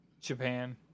Japan